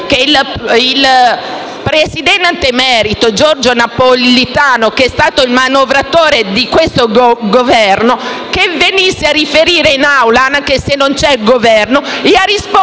che il presidente emerito Giorgio Napolitano, che è stato il manovratore di questo Governo, venisse a riferire in Aula anche se non c'è il Governo e a rispondere